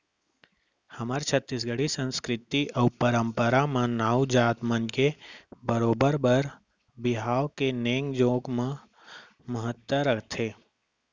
हमर छत्तीसगढ़ी संस्कृति अउ परम्परा म नाऊ जात मन के बरोबर बर बिहाव के नेंग जोग म महत्ता रथे